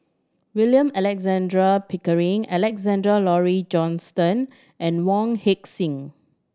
William Alexander Pickering Alexander Laurie Johnston and Wong Heck Sing